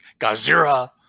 Gazira